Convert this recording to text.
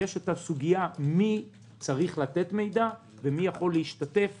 יש הסוגיה מי צריך לתת מידע ומי יכול להשתתף